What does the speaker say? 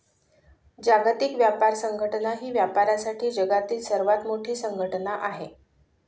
जागतिक व्यापार संघटना ही व्यापारासाठी जगातील सर्वात मोठी संघटना आहे